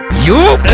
you